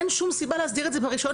אין שום סיבה להסדיר את זה ברישיון